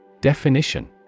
Definition